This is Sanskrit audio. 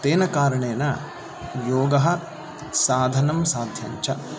तेन कारणेन योगः साधनं साध्यञ्च